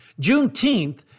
Juneteenth